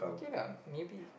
ok lah maybe